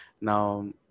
Now